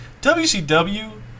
WCW